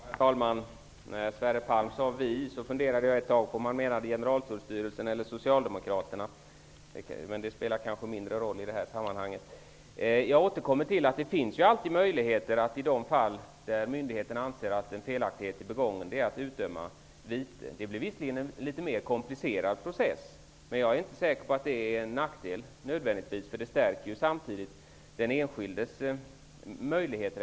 Herr talman! När Sverre Palm sade ''vi'' funderade jag om han menade Generaltullstyrelsen eller socialdemokraterna. Men det spelar kanske mindre roll i detta sammanhang. Jag återkommer till att det alltid finns möjligheter att utdöma vite i de fall där myndigheten anser att en felaktighet har blivit begången. Processen blir visserligen litet mera komplicerad, men jag är inte säker på att det nödvändigtvis är en nackdel, eftersom det samtidigt stärker den enskildes möjligheter.